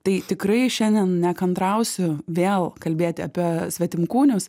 tai tikrai šiandien nekantrausiu vėl kalbėti apie svetimkūnius